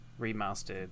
remastered